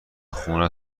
خونه